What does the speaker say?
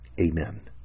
Amen